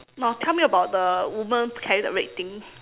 no tell me about the woman carrying the red thing